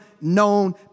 known